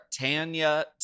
Tanya